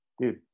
dude